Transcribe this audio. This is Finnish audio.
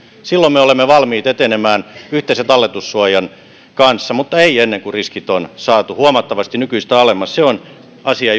silloin me olemme valmiit etenemään yhteisen talletussuojan kanssa mutta emme ennen kuin riskit on saatu huomattavasti nykyistä alemmas se on asia